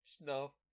No